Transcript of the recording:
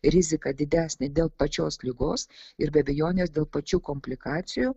rizika didesnė dėl pačios ligos ir be abejonės dėl pačių komplikacijų